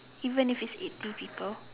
even if it's eighty people